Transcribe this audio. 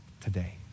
today